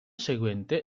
seguente